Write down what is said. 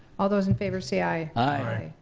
all those in favor say aye. aye.